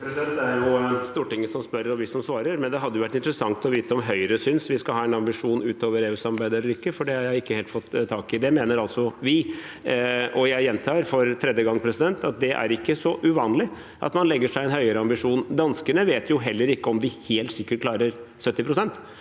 Det er jo Stor- tinget som spør, og vi som svarer, men det hadde vært interessant å vite om Høyre synes vi skal ha en ambisjon utover EU-samarbeidet eller ikke, for det har jeg ikke helt fått tak i. Det mener altså vi. Jeg gjentar for tredje gang at det ikke er så uvanlig at man legger seg på en høyere ambisjon. Danskene vet heller ikke om de helt sikkert klarer 70 pst.